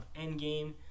Endgame